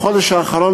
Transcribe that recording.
בחודש האחרון,